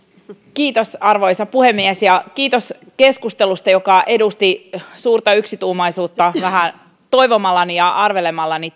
hyvä arvoisa puhemies kiitos keskustelusta joka edusti suurta yksituumaisuutta vähän toivomallani ja arvelemallani